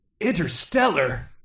Interstellar